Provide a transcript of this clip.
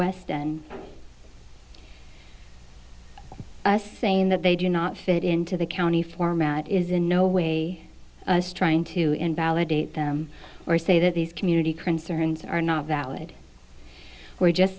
west and us saying that they do not fit into the county format is in no way trying to invalidate them or say that these community concerns are not valid we're just